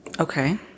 Okay